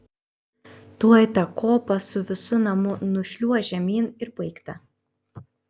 tuoj tą kopą su visu namu nušliuoš žemyn ir baigta